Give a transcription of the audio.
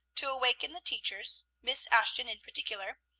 to awaken the teachers, miss ashton in particular,